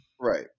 Right